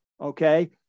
okay